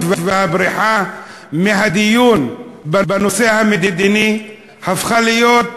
והבריחה מהדיון בנושא המדיני הפכו להיות